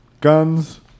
guns